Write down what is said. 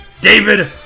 David